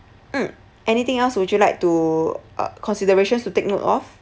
mm anything else would you like to uh considerations to take note of